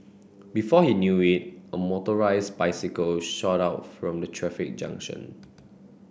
before he knew it a motorised bicycle shot out from the traffic junction